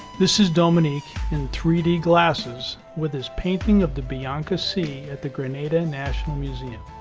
this is dominique in three d glasses with his painting of the bianca c at the grenada national museum.